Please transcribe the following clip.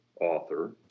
author